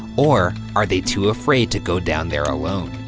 or are they too afraid to go down there alone?